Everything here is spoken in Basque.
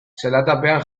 zelatapean